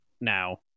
now